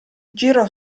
girò